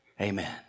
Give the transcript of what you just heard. Amen